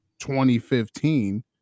2015